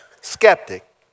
skeptic